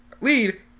lead